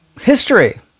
history